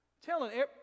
Telling